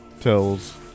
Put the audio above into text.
tells